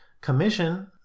commission